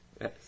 Yes